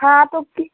हाँ तो फिर